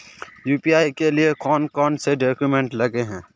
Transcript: UPI के लिए कौन कौन से डॉक्यूमेंट लगे है?